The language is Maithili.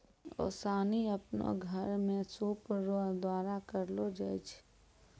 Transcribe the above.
ओसानी आपनो घर मे सूप रो द्वारा करलो जाय छै